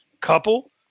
couple